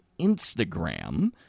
Instagram